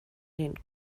den